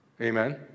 Amen